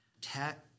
tech